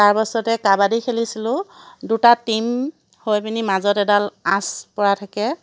তাৰপাছতে কাবাডী খেলিছিলোঁ দুটা টিম হৈ পিনি মাজত এডাল আঁচ পৰা থাকে